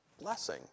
Blessing